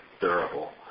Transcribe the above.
durable